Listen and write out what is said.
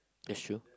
that's true